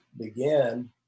begin